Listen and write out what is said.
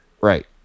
right